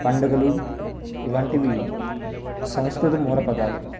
పండుగలు ఇలాంటివి సంస్కృతం మూల పదాలు